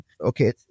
Okay